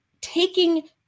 taking